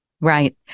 Right